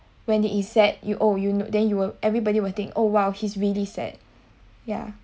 when did he sad you oh you will then you will everybody will think oh !wow! he's really sad ya